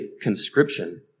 conscription